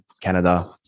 Canada